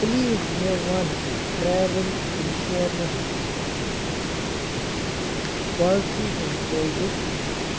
please مےٚ one travel insurance policy ہُنٛد فٲیِدٕ